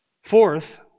Fourth